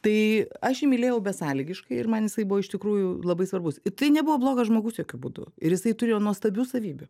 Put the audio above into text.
tai aš jį mylėjau besąlygiškai ir man jisai buvo iš tikrųjų labai svarbus tai nebuvo blogas žmogus jokiu būdu ir jisai turėjo nuostabių savybių